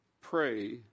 pray